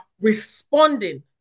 responding